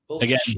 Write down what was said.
again